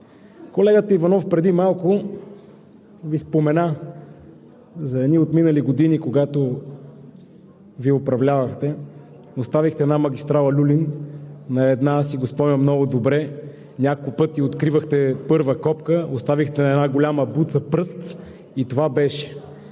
Колегата Иванов преди малко Ви спомена за едни отминали години, когато Вие управлявахте, оставихте една магистрала „Люлин“, спомням си много добре – няколко пъти откривахте първа копка, оставихте една голяма буца пръст и това беше.